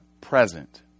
present